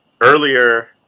earlier